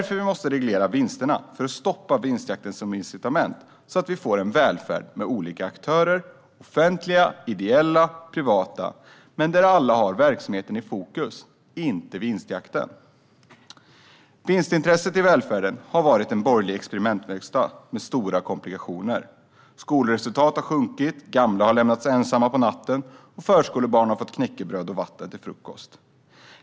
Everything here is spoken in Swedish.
För att stoppa vinstjakten som incitament måste vi reglera vinsterna så att vi får en välfärd med olika aktörer - offentliga, ideella och privata - som alla har verksamheten i fokus, inte vinstjakten. Vinstintresset i välfärden har varit en borgerlig experimentverkstad med stora komplikationer. Skolresultat har sjunkit, gamla har lämnats ensamma på natten, och förskolebarn har fått knäckebröd och vatten till frukost.